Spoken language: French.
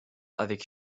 avec